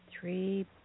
Three